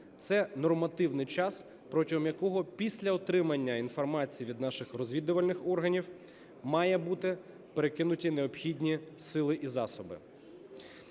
це нормативний час, протягом якого після отримання інформації від наших розвідувальних органів мають бути перекинуті необхідні сили і засоби.